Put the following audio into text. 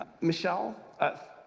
Michelle